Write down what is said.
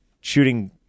shooting